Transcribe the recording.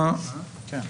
(היו"ר שמחה רוטמן, 11:06)